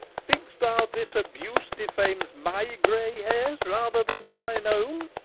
think'st thou this abuse defames my grey hairs rather than thine own?